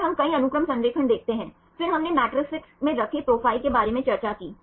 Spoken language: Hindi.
तो फिर हम कई अनुक्रम संरेखण देखते हैं फिर हमने मेट्रिसेस में रखे प्रोफाइल के बारे में चर्चा की